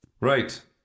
Right